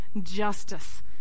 justice